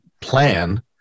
plan